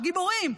הגיבורים,